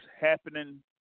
happening